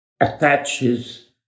attaches